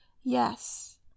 yes